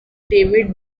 david